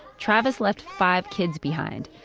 travis left five kids behind.